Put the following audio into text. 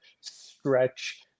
stretch